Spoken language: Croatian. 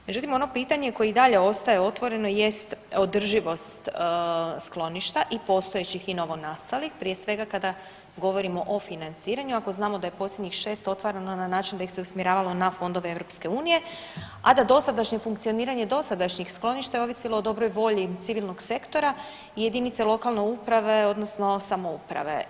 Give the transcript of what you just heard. Međutim, ono pitanje koje i dalje ostaje otvoreno jest održivost skloništa i postojećih i novonastalih prije svega kada govorimo o financiranju ako znamo da je posljednjih šest otvarano na način da ih se usmjeravalo na fondove EU, a da dosadašnje funkcioniranje dosadašnjih skloništa je ovisilo o dobroj volji civilnog sektora i jedinice lokalne uprave odnosno samouprave.